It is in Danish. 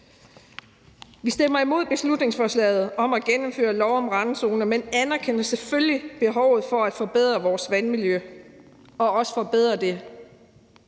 Vi stemmer imod beslutningsforslaget om at genindføre lov om randzoner, men anerkender selvfølgelig behovet for at forbedre vores vandmiljø og også forbedre det